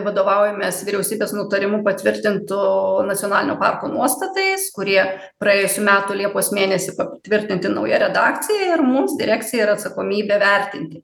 vadovaujamės vyriausybės nutarimu patvirtintu nacionalinio parko nuostatais kurie praėjusių metų liepos mėnesį patvirtinti nauja redakcija ir mums direkcija ir atsakomybė vertinti